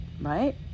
right